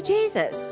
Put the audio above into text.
Jesus